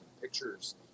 pictures